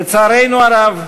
לצערנו הרב,